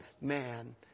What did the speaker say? man